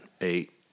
eight